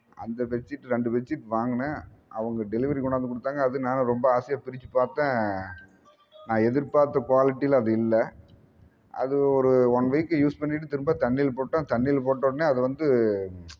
அந்த பெட்ஷீட் ரெண்டு பெட்ஷீட் வாங்கினேன் அவங்க டெலிவரி கொண்டாந்து கொடுத்தாங்க அது நானும் ரொம்ப ஆசையாக பிரிச்சு பார்த்தேன் நான் எதிர்பார்த்த குவாலிட்டியில் அது இல்லை அது ஒரு ஒன் வீக் யூஸ் பண்ணிவிட்டு திரும்ப தண்ணியில் போட்டேன் தண்ணியில் போட்டவோடனே அது வந்து